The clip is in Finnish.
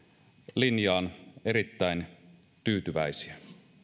linjaan erittäin tyytyväisiä